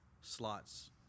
slots